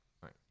Right